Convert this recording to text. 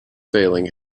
failing